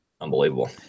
unbelievable